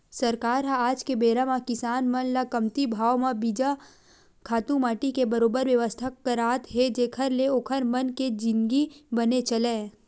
सरकार ह आज के बेरा म किसान मन ल कमती भाव म बीजा, खातू माटी के बरोबर बेवस्था करात हे जेखर ले ओखर मन के जिनगी बने चलय